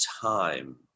time